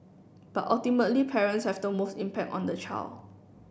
but ultimately parents have the most impact on the child